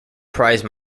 prize